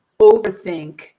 overthink